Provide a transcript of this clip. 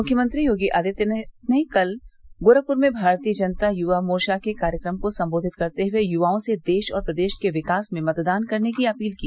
मुख्यमंत्री योगी आदित्यनाथ ने कल गोरखपुर में भारतीय जनता युवा मोर्चा के कार्यक्रम को संबोधित करते हुये युवाओं से देश और प्रदेश के विकास में मतदान करने की अपील की